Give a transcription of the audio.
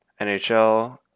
NHL